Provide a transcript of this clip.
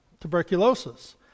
tuberculosis